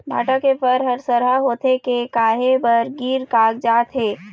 भांटा के फर हर सरहा होथे के काहे बर गिर कागजात हे?